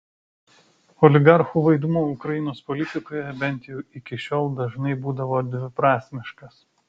oligarchų vaidmuo ukrainos politikoje bent jau iki šiol dažnai būdavo dviprasmiškas